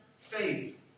Faith